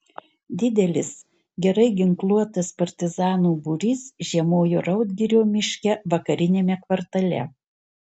didelis gerai ginkluotas partizanų būrys žiemojo raudgirio miške vakariniame kvartale